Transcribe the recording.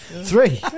Three